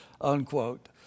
unquote